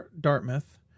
Dartmouth